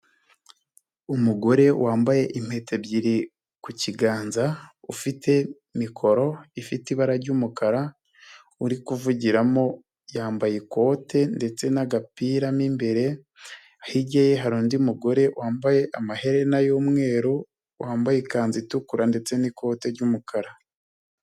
Umugore wambaye impeta ebyiri ku kiganza, ufite mikoro ifite ibara ry'umukara, uri kuvugiramo, yambaye ikote ndetse n'agapira mo imbere, hiryaye hari undi mugore wambaye amaherena y'umweru, wambaye ikanzu itukura ndetse n'ikote ry'umukara.